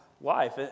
life